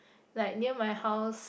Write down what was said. like near my house